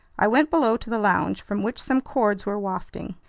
i went below to the lounge, from which some chords were wafting.